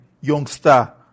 youngster